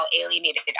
alienated